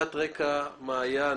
קצת רקע מה היה.